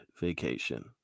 vacation